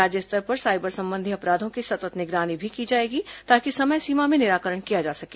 राज्य स्तर पर साइबर संबंधी अपराधों की सतत् निगरानी भी की जाएगी ताकि समय सीमा में निराकरण किया जा सके